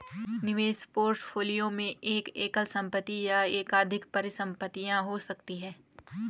निवेश पोर्टफोलियो में एक एकल संपत्ति या एकाधिक परिसंपत्तियां हो सकती हैं